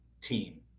team